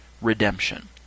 Redemption